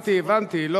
הבנתי, הבנתי.